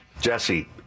Jesse